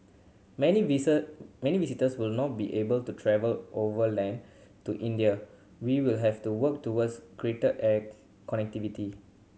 many many visitors will not be able to travel overland to India we will have to work towards greater air connectivity